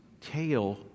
tail